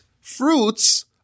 fruits